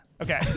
okay